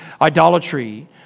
idolatry